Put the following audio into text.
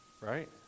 right